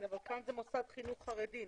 כן, אבל כאן ןזה מוסד חינוך חרדי.